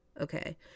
okay